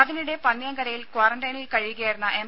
അതിനിടെ പന്നിയങ്കരയിൽ ക്വാറന്റൈനിൽ കഴിയുകയായിരുന്ന എം